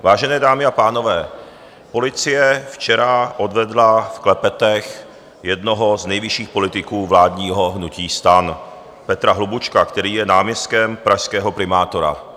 Vážené dámy a pánové, policie včera odvedla v klepetech jednoho z nejvyšších politiků vládního hnutí STAN, Petra Hlubučka, který je náměstkem pražského primátora.